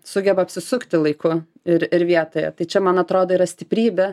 sugeba apsisukti laiku ir ir vietoje tai čia man atrodo yra stiprybė